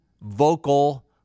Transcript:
vocal